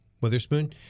Witherspoon